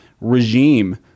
regime